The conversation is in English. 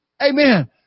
Amen